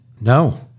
no